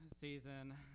Season